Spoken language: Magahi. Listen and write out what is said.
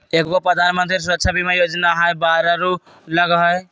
एगो प्रधानमंत्री सुरक्षा बीमा योजना है बारह रु लगहई?